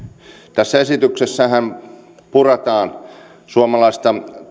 tässä esityksessähän puretaan suomalaista